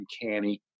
uncanny